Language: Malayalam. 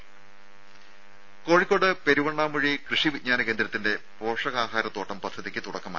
രുര കോഴിക്കോട് പെരുവണ്ണാമൂഴി കൃഷി വിജ്ഞാന കേന്ദ്രത്തിന്റെ പോഷകാഹാരതോട്ടം പദ്ധതിക്ക് തുടക്കമായി